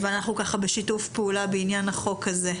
ואנחנו בשיתוף פעולה בעניין החוק הזה.